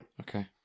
Okay